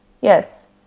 Yes